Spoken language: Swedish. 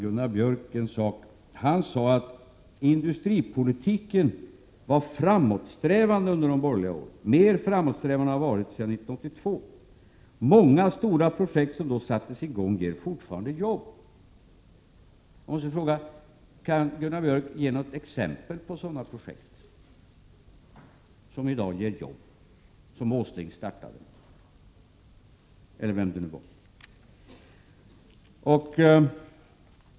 Gunnar Björk sade att industripolitiken var framåtsträvande under de borgerliga åren, mer framåtsträvande än vad den har varit sedan 1982. Han menar att många stora industriprojekt som då sattes i gång fortfarande ger jobb. Jag måste fråga: kan Gunnar Björk ge något exempel på sådana projekt som Åsling, eller vem det nu var, startade och som i dag ger jobb?